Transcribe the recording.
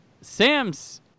Sam's